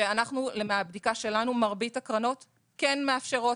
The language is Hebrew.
שמהבדיקה שלנו מרבית הקרנות כן מאפשרות